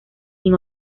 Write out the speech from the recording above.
sin